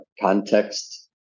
context